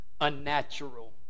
unnatural